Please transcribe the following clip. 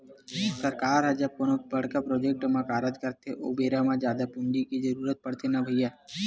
सरकार ह जब कोनो बड़का प्रोजेक्ट म कारज करथे ओ बेरा म जादा पूंजी के जरुरत पड़थे न भैइया